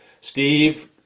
steve